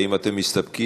האם אתם מסתפקים,